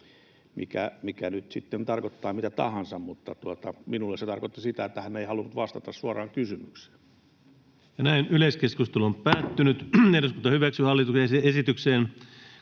mikä nyt sitten tarkoittaa mitä tahansa, mutta minulle se tarkoitti sitä, että hän ei halunnut vastata suoraan kysymykseen. Ensimmäiseen käsittelyyn esitellään päiväjärjestyksen